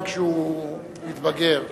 בדרך כלל מי שכשהוא צעיר, גם כשהוא מתבגר הוא,